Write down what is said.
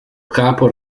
capo